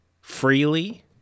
freely